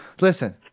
Listen